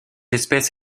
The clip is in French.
espèce